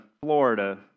Florida